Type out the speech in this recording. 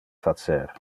facer